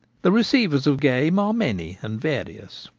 the receivers of game are many and various.